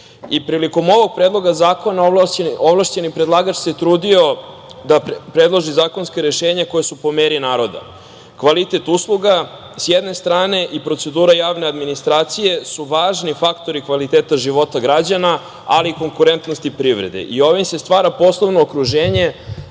ovog predloga zakona ovlašćeni predlagač se trudio da predloži zakonska rešenja koja su po meri naroda. Kvalitet usluga s jedne strane, i procedura javne administracije su važni faktori kvaliteta života građana, ali i konkurentnosti privrede. Ovim se stvara poslovno okruženje